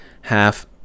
half